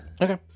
Okay